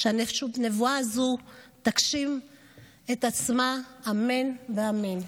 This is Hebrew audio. שהנבואה הזאת תגשים את עצמה, אמן ואמן.